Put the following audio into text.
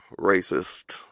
racist